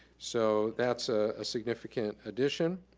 so that's a significant addition.